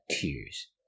tears